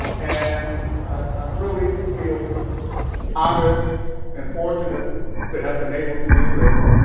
and i um really feel honored and fortunate to have been able to do this.